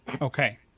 Okay